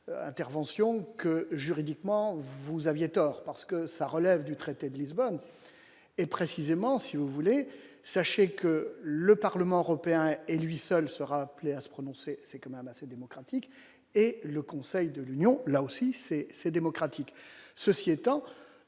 que juridiquement, vous aviez tort parce que ça relève du traité de Lisbonne et, précisément, si vous voulez, sachez que le Parlement européen et lui seul sera appelée à se prononcer, c'est quand même assez démocratique et le Conseil de l'Union, là aussi c'est c'est démocratique, ceci étant,